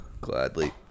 Gladly